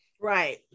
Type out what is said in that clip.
Right